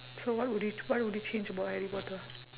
so what would you what would you change about harry potter